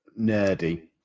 nerdy